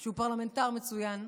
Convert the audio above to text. שהוא פרלמנטר מצוין,